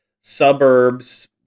suburbs